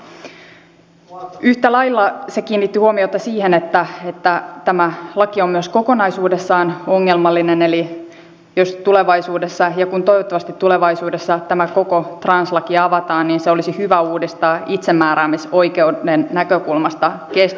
yhtä lailla se kiinnitti huomiota siihen että tämä laki on myös kokonaisuudessaan ongelmallinen eli jos ja toivottavasti kun tulevaisuudessa tämä koko translaki avataan niin se olisi hyvä uudistaa itsemääräämisoikeuden näkökulmasta kestäväksi